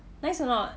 nice or not